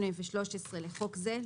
(8) ו-(13) לחוק זה,